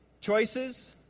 choices